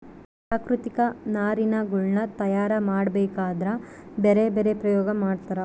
ಪ್ರಾಕೃತಿಕ ನಾರಿನಗುಳ್ನ ತಯಾರ ಮಾಡಬೇಕದ್ರಾ ಬ್ಯರೆ ಬ್ಯರೆ ಪ್ರಯೋಗ ಮಾಡ್ತರ